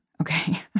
okay